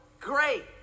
great